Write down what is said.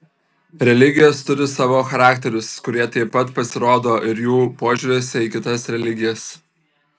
religijos turi savo charakterius kurie taip pat pasirodo ir jų požiūriuose į kitas religijas